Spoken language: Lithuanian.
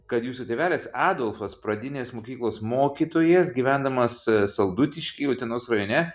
kad jūsų tėvelis adolfas pradinės mokyklos mokytojas gyvendamas saldutišky utenos rajone